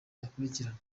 yakurikirana